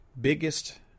biggest